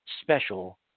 special